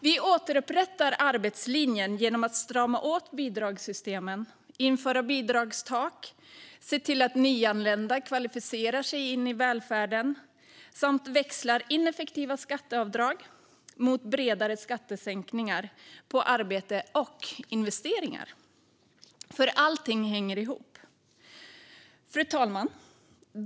Vi återupprättar arbetslinjen genom att strama åt bidragssystemen, införa bidragstak, se till att nyanlända kvalificerar sig in i välfärden samt växla ineffektiva skatteavdrag mot bredare skattesänkningar på arbete och investeringar. För allting hänger ihop. Fru talman!